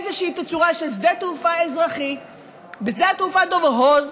איזושהי תצורה של שדה תעופה אזרחי בשדה התעופה דב הוז,